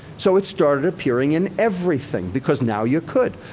so, it started appearing in everything because now you could.